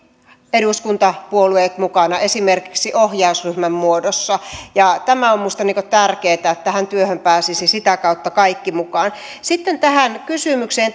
eduskuntapuolueet mukana esimerkiksi ohjausryhmän muodossa tämä on minusta tärkeää että tähän työhön pääsisivät sitä kautta kaikki mukaan sitten tähän kysymykseen